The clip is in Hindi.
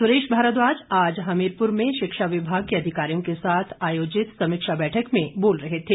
सुरेश भारद्वाज आज हमीरपुर में शिक्षा विभाग के अधिकारियों के साथ आयोजित समीक्षा बैठक में बोल रहे थे